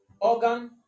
organ